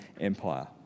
Empire